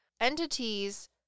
Entities